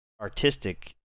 artistic